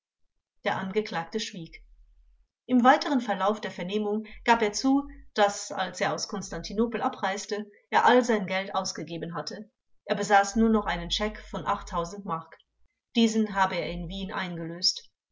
der angeklagte schwieg im weiteren verlauf der vernehmung gab er zu daß als er aus konstantinopel abreiste er all sein geld ausgegeben hatte er besaß nur noch einen scheck von acht mark diesen habe er in wien eingelöst